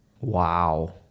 Wow